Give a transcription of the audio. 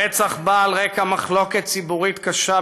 הרצח בא על רקע מחלוקת ציבורית קשה